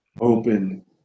open